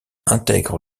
intègre